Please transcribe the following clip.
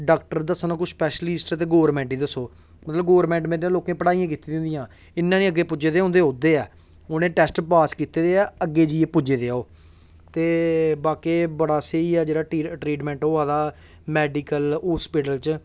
doctor दस्सना कोई specialist गी ते गौरमैंट गी दस्सो मतलब गौरमैंट लोकें पढ़ाइयां कीती दियां होंदियां इयां निं अग्गें पुज्जे दे होंदे ओह् उ'नें टैस्ट पास कीते दे ऐ अग्गैं जाइयै पुज्जे दे ऐ ओह् ते बाकेआ बड़ा स्हेई ऐ जेह्ड़ा ट्रीटमैंट होआ दा मैडिकल होस्पिटल च